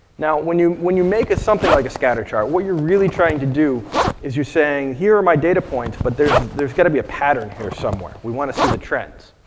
now, when you when you make something like a scatter chart, what you're really trying to do is your saying, here are my data points, but there's there's gotta to be a pattern here somewhere. we want to see the trends.